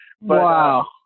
Wow